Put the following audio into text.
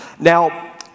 Now